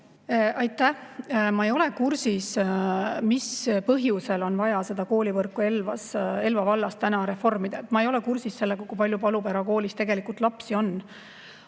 Aitäh! Ma ei ole kursis, mis põhjusel on vaja koolivõrku Elva vallas praegu reformida. Ma ei ole kursis sellega, kui palju Palupera koolis lapsi on.